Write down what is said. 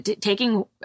Taking